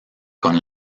con